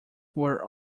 were